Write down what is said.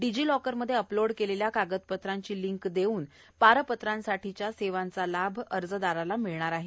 डिजीलॉकरमध्ये अपलोड केलेल्या कागदपत्रांची लिंक देऊन पारपत्रांसाठीच्या सेवांचा लाभ अर्जदाराला मिळणार आहे